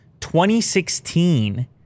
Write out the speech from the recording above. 2016